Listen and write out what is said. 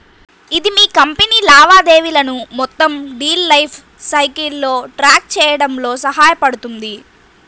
ఇది మీ కంపెనీ లావాదేవీలను మొత్తం డీల్ లైఫ్ సైకిల్లో ట్రాక్ చేయడంలో సహాయపడుతుంది